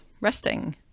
resting